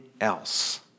else